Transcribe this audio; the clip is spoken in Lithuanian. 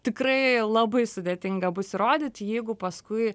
tikrai labai sudėtinga bus įrodyt jeigu paskui